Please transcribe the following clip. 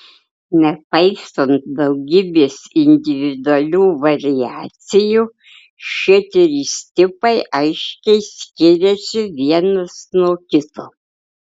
nepaisant daugybės individualių variacijų šie trys tipai aiškiai skiriasi vienas nuo kito